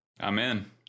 Amen